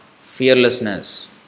fearlessness